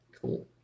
Cool